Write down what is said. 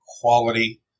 quality